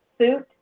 suit